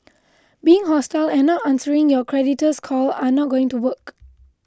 being hostile and not answering your creditor's call are not going to work